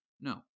No